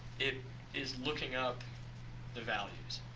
it is looking up the values.